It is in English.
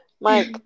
Mike